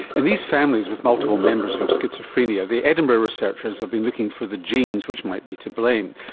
in these families with multiple members who have schizophrenia, the edinburgh researchers have been looking for the genes which might be to blame.